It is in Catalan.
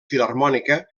filharmònica